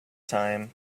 time